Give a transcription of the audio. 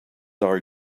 are